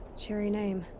cheery name.